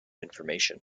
information